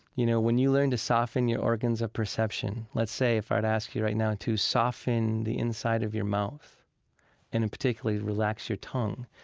you know, when you learn to soften your organs of perception, let's say if i'd ask you right now to soften the inside of your mouth, and in particular, relax your tongue,